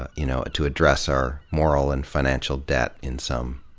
ah you know, to address our moral and financial debt in some,